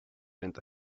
enda